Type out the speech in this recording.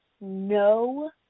no